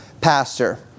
Pastor